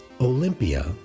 Olympia